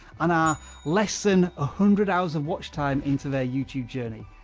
and are less than a hundred hours of watch time into their youtube journey.